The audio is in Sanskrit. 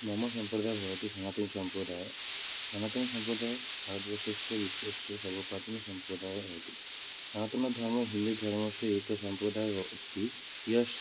मम सम्प्रदायः भवति सनातनसम्प्रदायः सनातनसम्प्रदायः भारतवर्षस्य विश्वस्य सर्वप्राचीनसम्प्रदायः भवति सनातनधर्मः हिन्दुधर्मस्य एकः सम्प्रदायः अस्ति यस्य